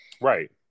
right